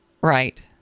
right